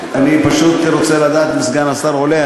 אני פשוט רוצה לדעת אם סגן השר עולה,